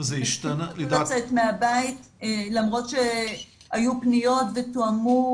אנשים פחדו לצאת מהבית למרות שהיו פניות ותואמו